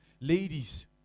Ladies